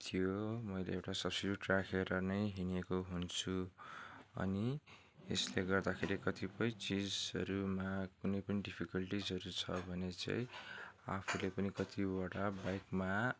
थियो मैले एउटा सब्सिट्युट राखेर नै हिनेको हुन्छु अनि यसले गर्दाखेरि कतिपय चिजहरूमा कुनै पनि डिफिकल्टिजहरू छ भने चाहिँ आफूले पनि कतिवटा बाइकमा